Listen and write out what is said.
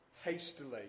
Hastily